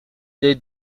they